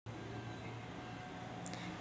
Debit कार्डानं मले किती खर्च करता येते?